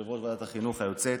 יושבת-ראש ועדת החינוך היוצאת,